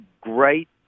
great